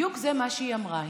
זה בדיוק מה שהיא אמרה.